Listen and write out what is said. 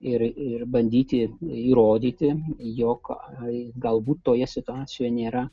ir ir bandyti įrodyti jog ai galbūt toje situacijoje nėra